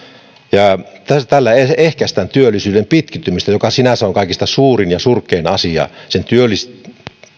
tällä ehkäistään työllisyyden pitkittymistä joka sinänsä on kaikista suurin ja surkein asia sen